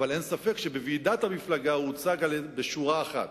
אבל אין ספק שבוועידת המפלגה הוא הוצג בשורה אחת,